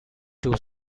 two